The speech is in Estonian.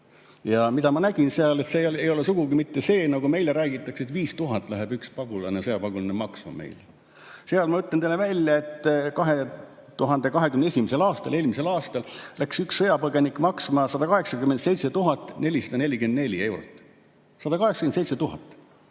Ja mida ma nägin seal: ei ole sugugi mitte nii, nagu meile räägitakse, et 5000 eurot läheb üks sõjapagulane maksma meil. Seal, ma ütlen teile välja, et 2021. aastal, eelmisel aastal läks üks sõjapõgenik maksma 187 444 eurot – 187 000